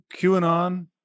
QAnon